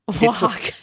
walk